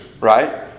right